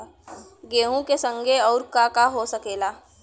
गेहूँ के संगे अउर का का हो सकेला?